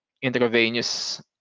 intravenous